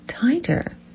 tighter